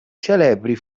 celebri